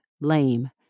lame